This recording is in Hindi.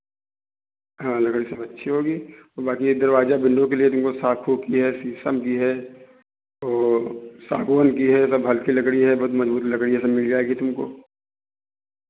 हाँ लकड़ी सब अच्छी होगी और बाँकी ये दरवाजा विंडो के लिए भी वो साखू की है शीशम की है सो सागवान की है सब हल्की लकड़ी है बहोत मजबूत लकड़ी है सब मिल जाएगी तुमको